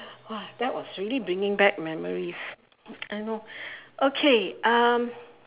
!wah! that was really bringing back memories I know okay um